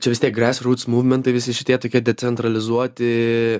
čia vis tiek gresia rūts mūvmentai visi šitie tokie decentralizuoti